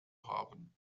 haben